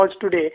today